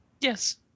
Yes